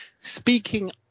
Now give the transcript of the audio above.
Speaking